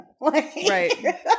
Right